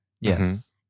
Yes